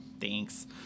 thanks